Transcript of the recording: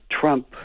trump